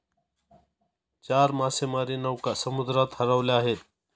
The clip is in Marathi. चार मासेमारी नौका समुद्रात हरवल्या आहेत